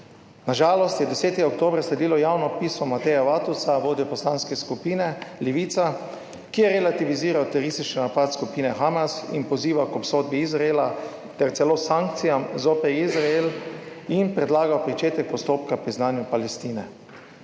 Na žalost je 10. oktobra sledilo javno pismo Mateja Vatovca, vodje Poslanske skupine Levica, ki je relativiziral teroristični napad skupine Hamas in pozival k obsodbi Izraela ter celo sankcijam zoper Izrael in predlagal začetek postopka priznanju Palestine,